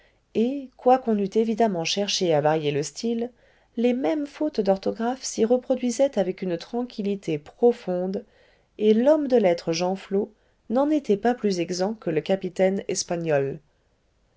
et quoiqu'on eût évidemment cherché à varier le style les mêmes fautes d'orthographe s'y reproduisaient avec une tranquillité profonde et l'homme de lettres genflot n'en était pas plus exempt que le capitaine espaol